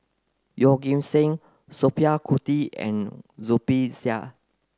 Yeoh Ghim Seng Sophia Cooke and Zubir Said